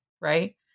Right